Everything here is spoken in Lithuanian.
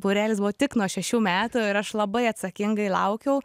būrelis buvo tik nuo šešių metų ir aš labai atsakingai laukiau